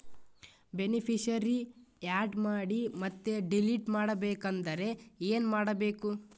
Beneficiary, add ಮಾಡಿ ಮತ್ತೆ delete ಮಾಡಬೇಕೆಂದರೆ ಏನ್ ಮಾಡಬೇಕು?